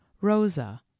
Rosa